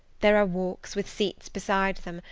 there are walks, with seats beside them,